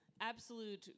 absolute